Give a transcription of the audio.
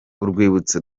urwibutso